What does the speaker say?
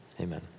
Amen